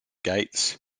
gates